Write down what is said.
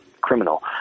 criminal